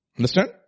understand